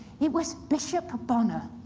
it was bishop bonner,